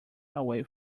away